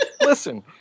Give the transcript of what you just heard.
listen